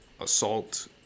assault